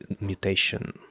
mutation